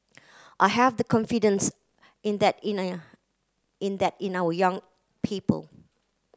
I have the confidence in that in in that in our young people